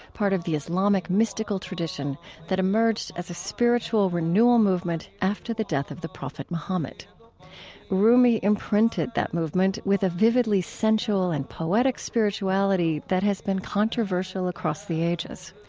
part of the islamic mystical tradition that emerged as a spiritual renewal movement after the death of the prophet mohammed rumi imprinted that movement with a vividly sensual and poetic spirituality that has been controversial across the ages.